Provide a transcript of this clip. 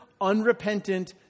unrepentant